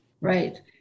Right